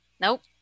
nope